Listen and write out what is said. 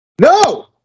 No